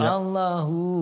Allahu